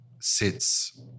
sits